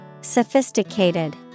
Sophisticated